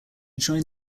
joined